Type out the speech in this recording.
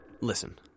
Listen